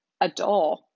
adore